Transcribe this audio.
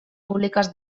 públiques